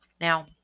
Now